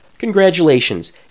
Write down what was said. Congratulations